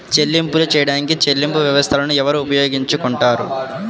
చెల్లింపులు చేయడానికి చెల్లింపు వ్యవస్థలను ఎవరు ఉపయోగించుకొంటారు?